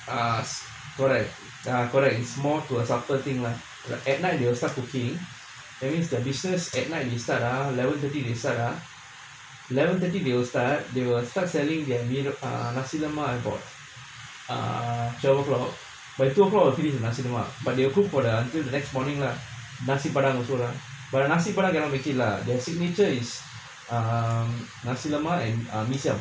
ah correct correct is more to a supper thing lah like at night you will start cooking that means the business at night they start ah eleven thirty they start ah eleven thirty they will start they will start selling their mee err nasi lemak I bought ah twelve O clock by two O clock will finish the nasi lemak but they will cook for the until the next morning lah nasi padang also lah but the nasi padang cannot make it lah then signature is um nasi lemak and um mee siam